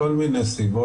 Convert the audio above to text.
מכל מיני סיבות.